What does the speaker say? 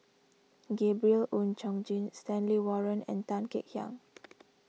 Gabriel Oon Chong Jin Stanley Warren and Tan Kek Hiang